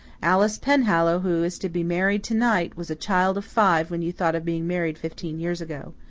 alice penhallow, who is to be married to-night, was a child of five when you thought of being married fifteen years ago.